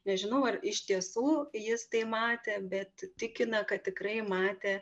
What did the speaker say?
nežinau ar iš tiesų jis tai matė bet tikina kad tikrai matė